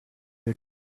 way